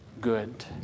good